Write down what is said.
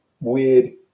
weird